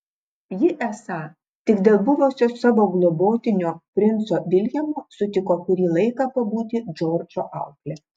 ji esą tik dėl buvusio savo globotinio princo viljamo sutiko kurį laiką pabūti džordžo aukle